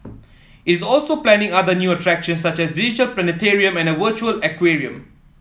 it's also planning other new attractions such as a digital planetarium and a virtual aquarium